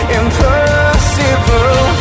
impossible